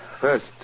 First